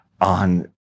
on